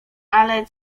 ale